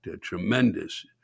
tremendous